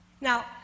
Now